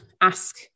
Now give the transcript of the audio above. ask